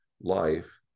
life